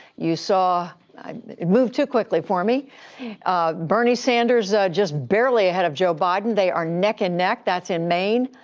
you saw it moved too quickly for me bernie sanders just barely ahead of joe biden. they are neck and neck. that's in maine.